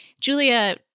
Julia